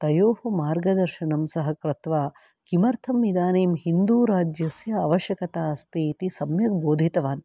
तयोः मार्गदर्शनं सः कृत्वा किमर्थम् इदानीं हिन्दूराज्यस्य आवश्यकता अस्ति इति सम्यक् बोधितवान्